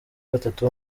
gatatu